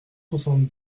soixante